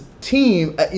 team